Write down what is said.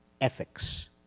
ethics